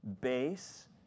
base